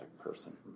person